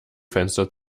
fenster